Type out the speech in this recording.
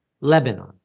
Lebanon